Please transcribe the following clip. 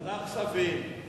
ועדת כספים.